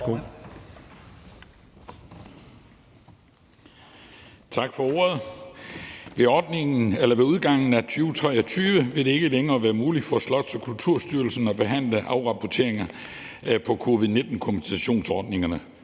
Tak for ordet. Ved udgangen af 2023 vil det ikke længere være muligt for Slots- og Kulturstyrelsen at behandle afrapporteringer på covid-19-kompensationsordningerne